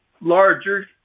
larger